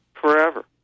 forever